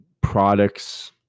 products